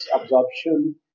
absorption